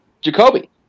Jacoby